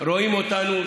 רואים אותנו,